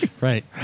Right